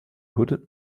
hooded